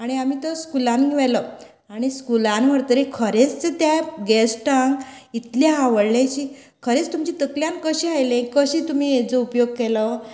आनी आमी तो स्कुलान व्हेलो आनी स्कुलान व्हरतगीर खरेंच त्या गॅस्टांक इतले आवडले की खरेंच तुमच्या तकल्यांक कशाे आयले कशें तुमी हेजो उपयोग केलो